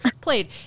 played